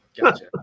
Gotcha